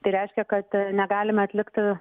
tai reiškia kad negalime atlikti